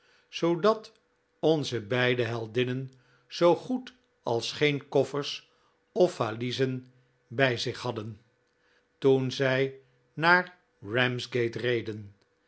zoodat onze beide heldinnen zoo goed als geen koffers of valiezen bij zich hadden toen zij naar ramsgate reden